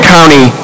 County